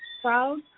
proud